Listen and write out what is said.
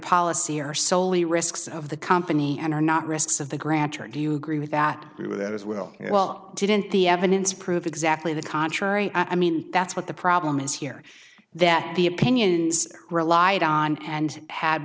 policy are solely risks of the company and are not risks of the grantor do you agree with that as well well didn't the evidence prove exactly the contrary i mean that's what the problem is here that the opinions relied on and had